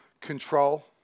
control